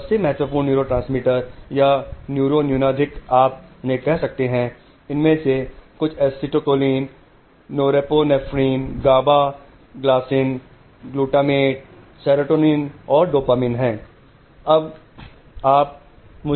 तो सबसे महत्वपूर्ण न्यूरोट्रांसमीटर या न्यूरो न्यूनाधिक आप उन्हें कह सकते हैं इन में से कुछ acetylcholine norepinephrine GABA glycine glutamate serotonin और डोपामाइन हैं